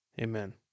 amen